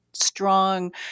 Strong